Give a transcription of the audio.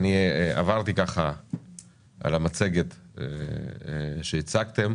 אני עברתי על המצגת שהצגתם.